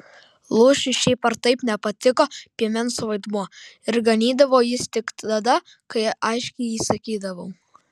lūšiui šiaip ar taip nepatiko piemens vaidmuo ir ganydavo jis tik tada kai aiškiai įsakydavau